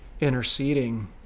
interceding